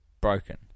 broken